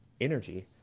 energy